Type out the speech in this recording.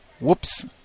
whoops